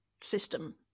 system